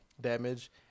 damage